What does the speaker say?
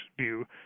view